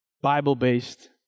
Bible-based